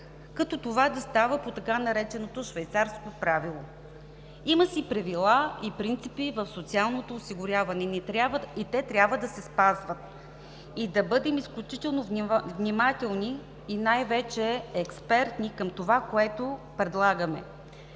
като това да става по така нареченото „швейцарско правило“. Има си правила и принципи в социалното осигуряване, те трябва да се спазват и да бъдем изключително внимателни и най-вече експертни към това, което предлагаме.